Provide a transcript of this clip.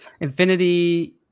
Infinity